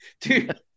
dude